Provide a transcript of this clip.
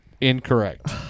Incorrect